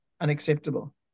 unacceptable